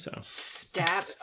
Stab